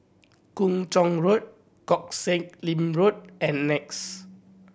Kung Chong Road Koh Sek Lim Road and NEX